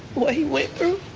what he went through.